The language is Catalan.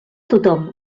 tothom